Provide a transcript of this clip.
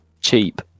cheap